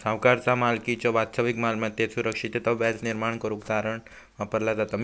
सावकाराचा मालकीच्यो वास्तविक मालमत्तेत सुरक्षितता व्याज निर्माण करुक तारण वापरला जाता